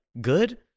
good